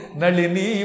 nalini